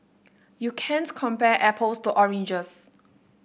you can't compare apples to oranges